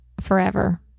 forever